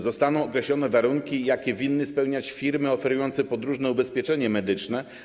Zostaną określone warunki, jakie powinny spełniać firmy oferujące podróżne ubezpieczenie medyczne.